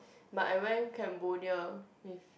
but I went Cambodia with